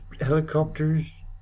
Helicopters